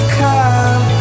come